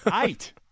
eight